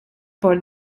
por